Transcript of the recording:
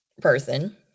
person